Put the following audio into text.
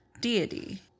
deity